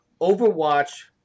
Overwatch